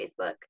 Facebook